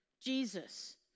Jesus